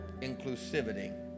inclusivity